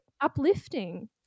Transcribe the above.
uplifting